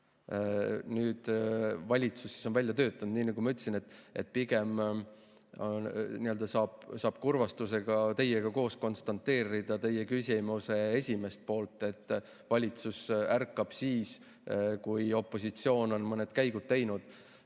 Nüüd on valitsus selle välja töötanud. Nii nagu ma ütlesin, pigem saab kurvastusega teiega koos konstateerida teie küsimuse esimest poolt, et valitsus ärkab siis, kui opositsioon on mõned käigud teinud,